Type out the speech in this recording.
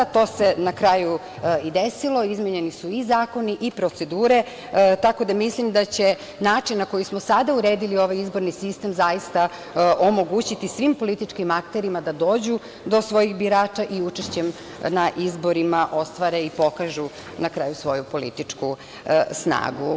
To se na kraju i desilo, izmenjeni su i zakoni i procedure, tako da mislim da će način na koji smo sada uredili ovaj izborni sistem zaista omogućiti svim političkim akterima da dođu do svojih birača i učešćem na izborima ostvare i pokažu svoju političku snagu.